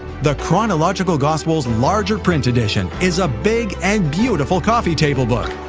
the chronological gospels larger print edition is a big and beautiful coffee table book,